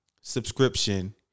subscription